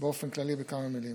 באופן כללי בכמה מילים.